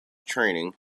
training